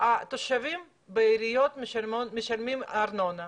התושבים בעיריות משלמים ארנונה,